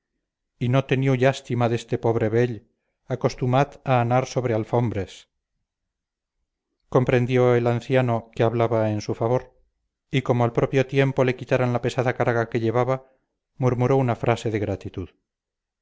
y no teniu llástima d este pobre vell acostumat a anar sobre alfombres comprendió el anciano que hablaba en su favor y como al propio tiempo le quitaran la pesada carga que llevaba murmuró una frase de gratitud